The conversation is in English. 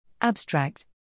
Abstract